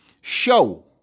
Show